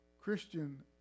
Christian